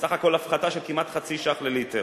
סך הכול, הפחתה של כמעט חצי ש"ח לליטר.